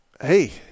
hey